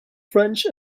french